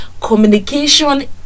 communication